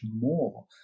more